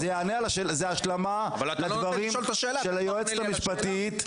זו השלמה לדברים של היועצת המשפטית.